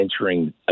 entering